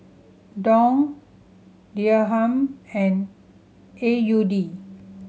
Dong Dirham and A U D